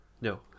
No